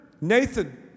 Nathan